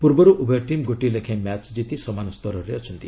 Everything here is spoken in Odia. ପୂର୍ବରୁ ଉଭୟ ଟିମ୍ ଗୋଟିଏ ଲେଖାଏଁ ମ୍ୟାଚ୍ ଜିତି ସମାନ ସ୍ତରରେ ଅଛନ୍ତି